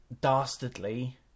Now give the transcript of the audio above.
dastardly